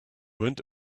wind